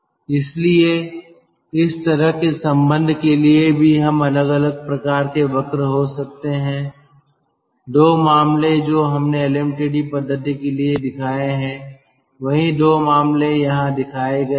इसलिए इस तरह के संबंध के लिए भी हम अलग अलग प्रकार के वक्र हो सकते हैं २ मामले जो हमने एलएमटीडी पद्धति के लिए दिखाए हैं वही २ मामले यहाँ दिखाए गए हैं